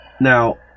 now